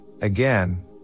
again